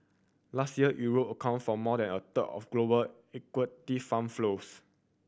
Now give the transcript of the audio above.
last year Europe account for more than a third of global equity fund flows